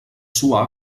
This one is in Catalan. suar